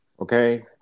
Okay